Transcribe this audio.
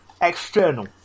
external